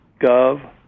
gov